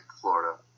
Florida